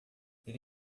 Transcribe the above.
ele